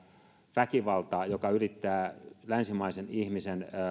väkivaltaa joka ylittää länsimaisen ihmisen